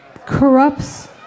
corrupts